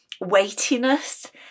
weightiness